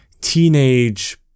teenage